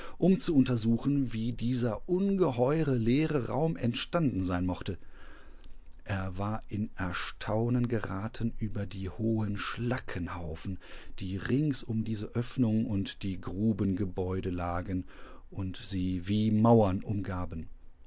um zu untersuchen wie dieser ungeheure leere raum entstanden sein mochte er war in erstaunen geraten über die hohen schlackenhaufen die rings um diese öffnung und die grubengebäude lagen undsiewiemauernumgaben